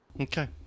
okay